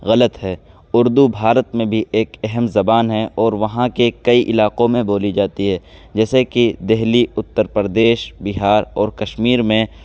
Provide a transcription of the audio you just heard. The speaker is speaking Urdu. غلط ہے اردو بھارت میں بھی ایک اہم زبان ہے اور وہاں کے کئی علاقوں میں بولی جاتی ہے جیسے کہ دہلی اتر پردیش بہار اور کشمیر میں